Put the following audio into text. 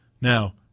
Now